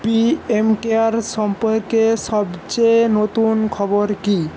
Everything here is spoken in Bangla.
পিএম কেয়ার সম্পর্কে সবচেয়ে নতুন খবর কী